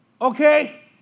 okay